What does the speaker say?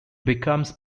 becomes